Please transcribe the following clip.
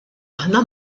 aħna